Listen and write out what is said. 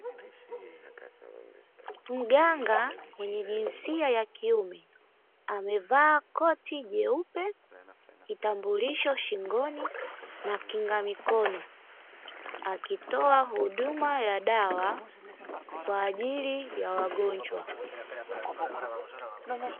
Mganga mwenye jinsia ya kiume amevaa koti jeupe, kitambulisho shingoni na kinga mikono, akitoa huduma ya dawa kwa ajili ya wagonjwa.